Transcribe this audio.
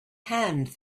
hand